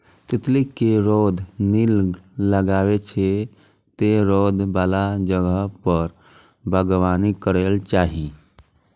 तितली कें रौद नीक लागै छै, तें रौद बला जगह पर बागबानी करैके चाही